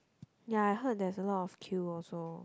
ya I heard there's a lot of queue also